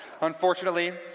unfortunately